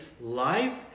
life